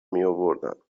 میاوردم